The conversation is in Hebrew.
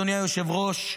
אדוני היושב-ראש,